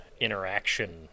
interaction